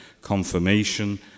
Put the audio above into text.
confirmation